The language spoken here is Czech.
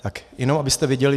Tak jenom abyste věděli.